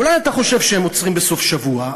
אולי אתה חושב שהם עוצרים בסוף השבוע,